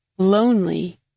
Lonely